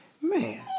man